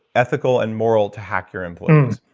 ethical and moral to hack your employees.